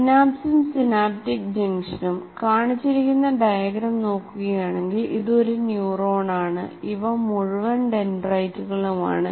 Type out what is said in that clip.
സിനാപ്സും synaptic ജംഗ്ഷനും കാണിച്ചിരിക്കുന്ന diagram നോക്കുകയാണെങ്കിൽ ഇത് ഒരു ന്യൂറോൺ ആണ് ഇവ മുഴുവൻ ഡെൻഡ്രൈറ്റുകളും ആണ്